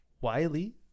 Wiley